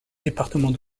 département